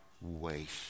waste